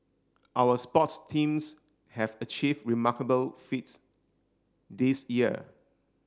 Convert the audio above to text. our sports teams have achieved remarkable feats this year